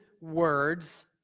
words